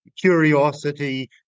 curiosity